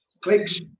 clicks